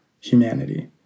humanity